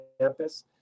campus